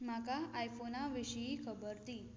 म्हाका आयफोना विशीं खबर दी